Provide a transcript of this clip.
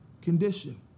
condition